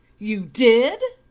you did?